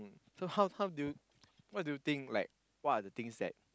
so how how do you what do you think like what are the things that